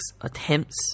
attempts